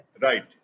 Right